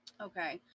Okay